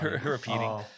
Repeating